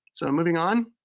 so moving on.